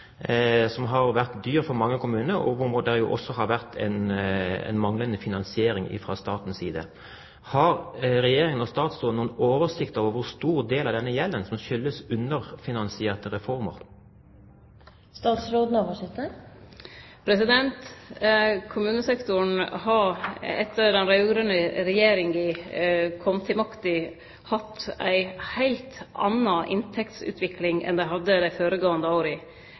som har vært dyr for mange kommuner, og hvor det også har vært en manglende finansiering fra statens side. Har Regjeringen og statsråden noen oversikt over hvor stor del av denne gjelden som skyldes underfinansierte reformer? Kommunesektoren har etter at den raud-grøne regjeringa kom til makta, hatt ei heilt anna inntektsutvikling enn han hadde